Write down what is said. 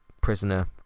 prisoner